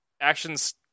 action's